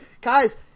guys